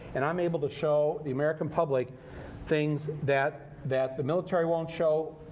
and i'm able to show the american public things that that the military won't show,